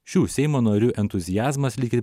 šių seimo narių entuziazmas lyg ir